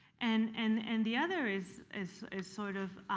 and and and the other is is is sort of